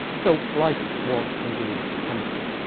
so life was indeed chemistry.